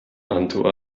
unto